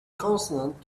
consonant